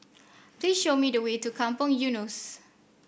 please show me the way to Kampong Eunos